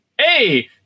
hey